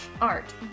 art